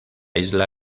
isla